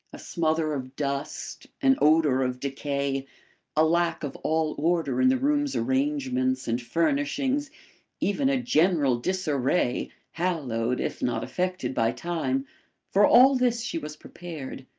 a smother of dust an odour of decay a lack of all order in the room's arrangements and furnishings even a general disarray, hallowed, if not affected, by time for all this she was prepared.